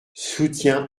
soutien